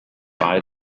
buy